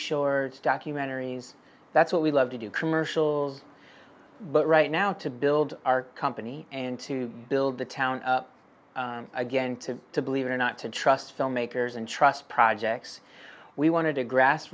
shore documentaries that's what we love to do commercials but right now to build our company and to build the town again to to believe or not to trust filmmakers and trust projects we wanted to grass